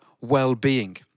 well-being